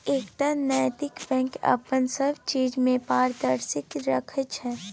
एकटा नैतिक बैंक अपन सब चीज मे पारदर्शिता राखैत छै